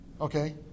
Okay